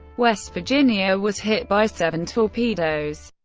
west virginia was hit by seven torpedoes,